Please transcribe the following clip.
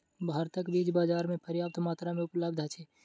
भारतक बीज बाजार में पर्याप्त मात्रा में उपलब्ध अछि